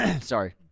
sorry